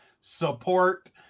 support